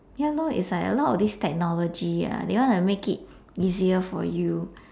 ya lor is like a lot of this technology ah they want to make it easier for you